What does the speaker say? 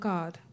God